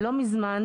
לא מזמן,